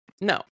no